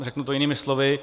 Řeknu to jinými slovy.